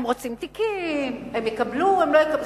הם רוצים תיקים, הם יקבלו, הם לא יקבלו.